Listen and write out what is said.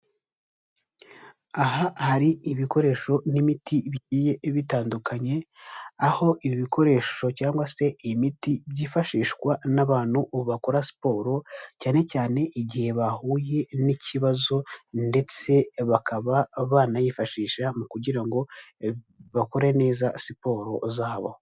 Aha hari ibikoresho n'imiti bigiye bitandukanye aho ibi bikoresho cyangwa se iyi miti byifashishwa n'abantu bakora siporo cyane cyane, igihe bahuye n'ikibazo ndetse bakaba banayifashisha mu kugira ngo bakore neza siporo zabo.